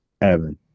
Evan